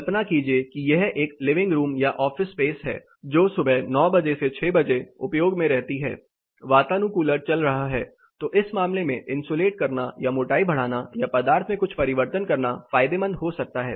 कल्पना कीजिए कि यह एक लिविंग रूम या ऑफिस स्पेस है जो सुबह 9 बजे से 6 बजे उपयोग में रहती है वातानुकूलर चल रहा है तो इस मामले में इंसुलेट करना या मोटाई बढ़ाना या पदार्थ में कुछ परिवर्तन करना फायदेमंद हो सकता है